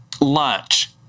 lunch